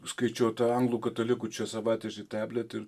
skaičiau ta anglų katalikų čia svaitrašty tablet ir